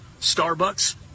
Starbucks